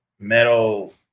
metal